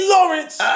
Lawrence